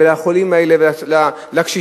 לחולים האלה ולקשישים,